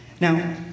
Now